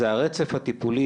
זה הרצף הטיפולי,